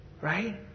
right